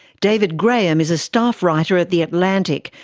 david graham is a staff writer at the atlantic,